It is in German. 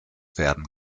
werden